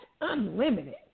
unlimited